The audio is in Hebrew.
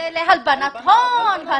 להלבנת הון.